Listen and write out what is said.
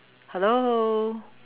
hello